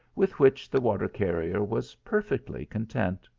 with which the water-carrier was perfectly content.